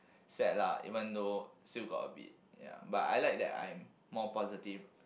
sad lah even though still got a bit ya but I like that I'm more positive